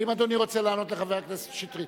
האם אדוני רוצה לענות לחבר הכנסת שטרית?